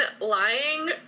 lying